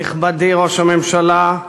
נכבדי ראש הממשלה,